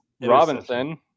Robinson